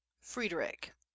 frederick